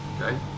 okay